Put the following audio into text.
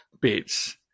bits